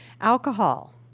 alcohol